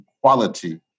equality